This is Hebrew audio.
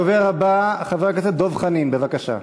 הדובר הבא, חבר הכנסת דב חנין, בבקשה.